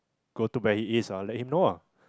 go to back it is ah let him know ah